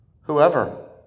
Whoever